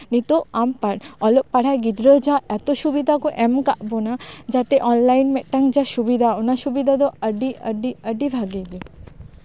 ᱱᱤᱛᱚᱜ ᱟᱢ ᱯᱟᱲ ᱚᱞᱚᱜ ᱯᱟᱲᱦᱟᱣ ᱜᱤᱫᱽᱨᱟᱹ ᱟᱜ ᱮᱛᱚ ᱥᱩᱵᱤᱫᱷᱟ ᱠᱚ ᱮᱢ ᱟᱠᱟᱫ ᱵᱚᱱᱟ ᱡᱟᱛᱮ ᱚᱱᱞᱟᱭᱤᱱ ᱢᱤᱫᱴᱟᱝ ᱥᱩᱵᱤᱫᱷᱟ ᱚᱱᱟ ᱥᱩᱵᱤᱫᱷᱟ ᱫᱚ ᱟᱹᱰᱤ ᱟᱹᱰᱤ ᱟᱹᱰᱤ ᱵᱷᱟᱜᱮ ᱜᱮ